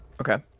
Okay